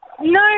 No